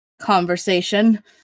conversation